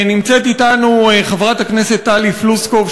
נמצאת אתנו חברת הכנסת טלי פלוסקוב,